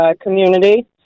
community